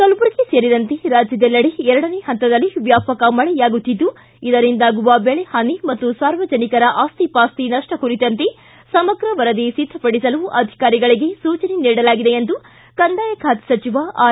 ಕಲಬುರಗಿ ಸೇರಿದಂತೆ ರಾಜ್ಯದೆಲ್ಲೆಡೆ ಎರಡನೇ ಹಂತದಲ್ಲಿ ವ್ಯಾಪಕ ಮಳೆಯಾಗುತ್ತಿದ್ದು ಇದರಿಂದಾಗುವ ಬೆಳೆಹಾನಿ ಮತ್ತು ಸಾರ್ವಜನಿಕರ ಆಸ್ತಿಪಾಸ್ತಿ ನಪ್ಪ ಕುರಿತಂತೆ ಸಮಗ್ರ ವರದಿ ಸಿದ್ಧಪಡಿಸಲು ಅಧಿಕಾರಿಗಳಿಗೆ ಸೂಚನೆ ನೀಡಲಾಗಿದೆ ಎಂದು ಕಂದಾಯ ಖಾತೆ ಸಚಿವ ಆರ್